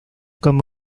come